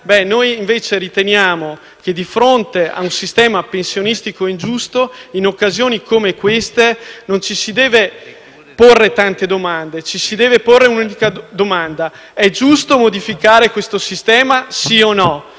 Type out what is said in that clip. Noi invece riteniamo che di fronte a un sistema pensionistico ingiusto, in occasioni come queste non ci si debba porre tante domande, ma solo chiedersi se è giusto modificare questo sistema. Per noi